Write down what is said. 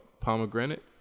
pomegranate